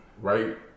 right